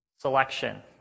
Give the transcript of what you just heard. selection